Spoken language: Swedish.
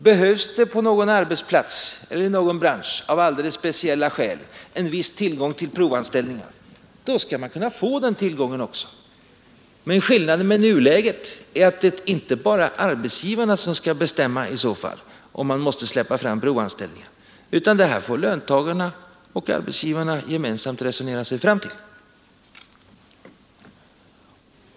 Behövs det på någon arbetsplats eller i någon bransch av alldeles speciella skäl en viss tillgång till provanställningar skall man också kunna få möjlighet till det, men skillnaden mot nuläget är att det inte bara är arbetsgivarna som skall bestämma om man skall tillåta provanställningar, utan det får löntagarna och arbetsgivarna gemensamt resonera sig fram till.